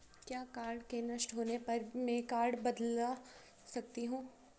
क्या कार्ड के नष्ट होने पर में कार्ड बदलवा सकती हूँ?